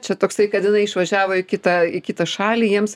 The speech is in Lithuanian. čia toksai kad jinai išvažiavo į kitą į kitą šalį jiems